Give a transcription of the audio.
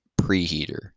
preheater